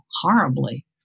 horribly